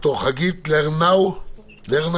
בבקשה.